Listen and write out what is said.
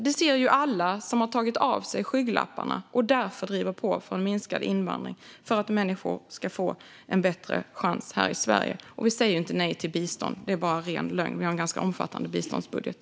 Det ser ju alla som har tagit av sig skygglapparna och därför driver på för en minskad invandring för att människor ska få en bättre chans här i Sverige. Vi säger inte nej till bistånd. Det är bara ren lögn. Vi har en ganska omfattande biståndsbudget.